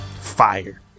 fire